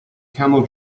camel